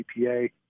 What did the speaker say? EPA